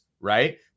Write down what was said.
right